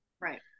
Right